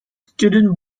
student